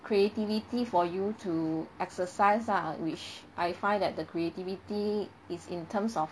creativity for you to exercise ah which I find that the creativity is in terms of